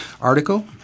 Article